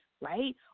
right